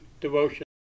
devotion